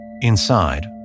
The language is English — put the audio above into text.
Inside